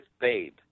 Babe